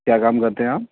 کیا کام کرتے ہیں آپ